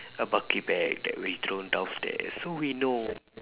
about keypad that we throw downstairs so we know